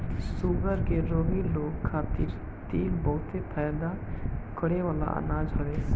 sugar के रोगी लोग खातिर तिल बहुते फायदा करेवाला अनाज हवे